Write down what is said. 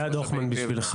אלעד הוכמן בשבילך.